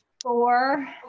Four